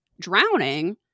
drowning